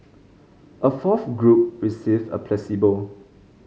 a fourth group received a placebo